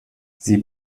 sie